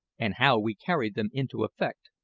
and how we carried them into effect,